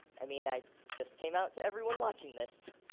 i mean, i just came out to everyone watching this.